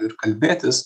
ir kalbėtis